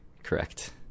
correct